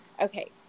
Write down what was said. Okay